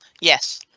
yes